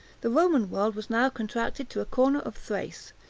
the roman world was now contracted to a corner of thrace,